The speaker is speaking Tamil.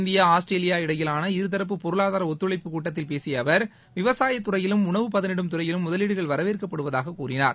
இந்தியா ஆஸ்திரேலியா இடையிலான இரு தரப்பு பொருளாதார ஒத்துழைப்பு கூட்டத்தில் பேசிய அவர் விவசாய துறையிலும் உணவு பதளிடும் துறையிலும் முதலீடுகள் வரவேற்க்பபடுவதாக அவர் கூறினார்